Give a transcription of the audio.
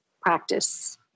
practice